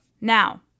Now